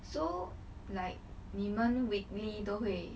so like 你们 weekly 都会